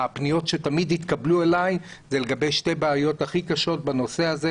הפניות שתמיד התקבלו אצלי הן לגבי שתי בעיות הכי קשות בנושא הזה